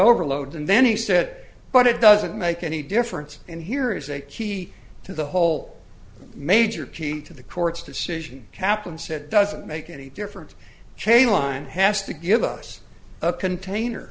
overload and then he said but it doesn't make any difference and here's a key to the whole major team to the court's decision caplan said doesn't make any difference chainline has to give us a container